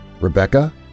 Rebecca